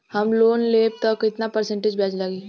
हम लोन लेब त कितना परसेंट ब्याज लागी?